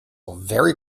very